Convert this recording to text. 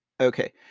Okay